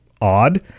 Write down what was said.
odd